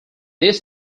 this